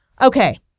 Okay